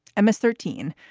ms thirteen,